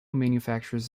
manufacturers